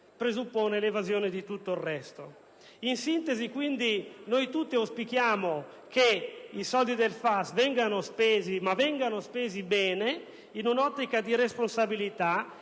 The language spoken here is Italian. presuppone l'evasione di tutto il resto. In sintesi, noi tutti auspichiamo che i soldi del FAS vengano spesi, ma vengano spesi bene, in un'ottica di responsabilità